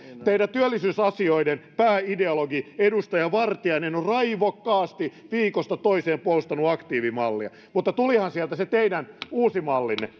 työllisyysasioidenne pääideologi edustaja vartiainen on raivokkaasti viikosta toiseen puolustanut aktiivimallia mutta tulihan sieltä se teidän uusi mallinne